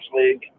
league